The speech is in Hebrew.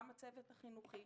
גם הצוות החינוכי